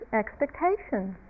expectations